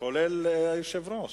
כולל היושב-ראש.